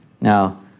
Now